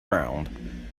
round